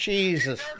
Jesus